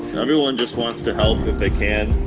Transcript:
everyone just wants to help if they can.